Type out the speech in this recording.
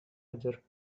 other